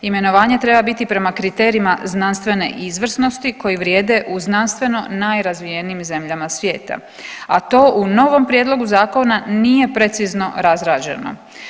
Imenovanje treba biti prema kriterijima znanstvene izvrsnosti koji vrijede u znanstveno najrazvijenijim zemljama svijeta, a to u novom prijedlogu zakona nije precizno razrađeno.